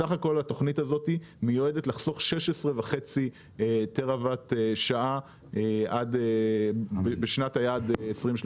בסך הכל התוכנית הזאת מיועדת לחסוך 16.5 טרה וואט שעה בשנת היעד 2030,